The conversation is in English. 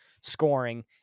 scoring